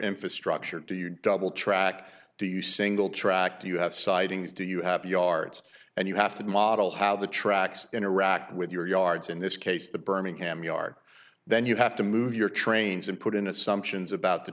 infrastructure do you double track do you single track do you have sightings do you have yards and you have to model how the tracks interact with your yards in this case the birmingham yard then you have to move your trains and put in assumptions about the